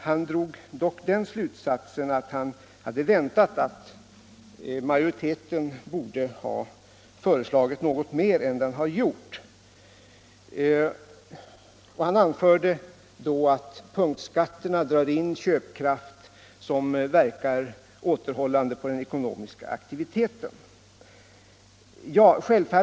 Han drog dock den slutsatsen att majoriteten borde ha föreslagit något mer än den har gjort, och han anförde att punktskatterna drar in köpkraft, vilket verkar återhållande på den ekonomiska aktiviteten.